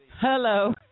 Hello